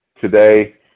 today